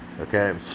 okay